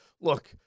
look –